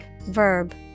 verb